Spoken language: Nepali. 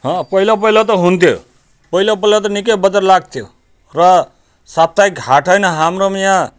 हँ पहिला पहिला त हुन्थ्यो पहिला पहिला त निकै बजार लाग्थ्यो र साप्तहिक हाट होइन हाम्रोमा यहाँ